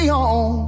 on